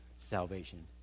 salvation